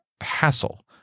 hassle